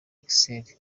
excel